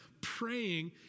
praying